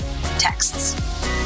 texts